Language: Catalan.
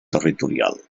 territorial